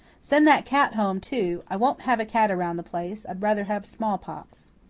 send that cat home, too. i won't have a cat around the place i'd rather have smallpox.